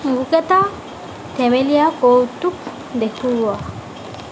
মোক এটা ধেমেলীয়া কৌতুক দেখুওৱা